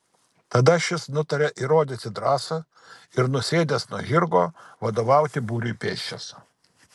tada šis nutaria įrodyti drąsą ir nusėdęs nuo žirgo vadovauti būriui pėsčias